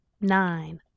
Nine